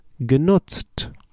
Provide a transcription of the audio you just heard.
genutzt